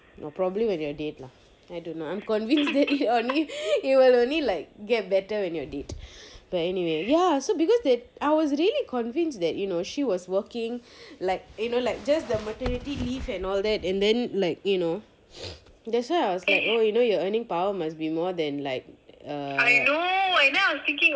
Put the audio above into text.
or probably when you are dead lah I'm convinced that it will only get better when you're dead but anyway ya so because that I was really convinced that you know she was working like you know like just the maternity leave and all that and then like you knowthats why I was like your earning power must be more then like err